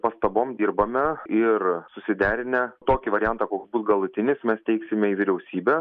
pastabom dirbame ir susiderinę tokį variantą koks bus galutinis mes teiksime į vyriausybę